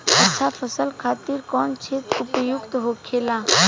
अच्छा फसल खातिर कौन क्षेत्र उपयुक्त होखेला?